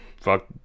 fuck